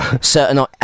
certain